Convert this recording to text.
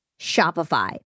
Shopify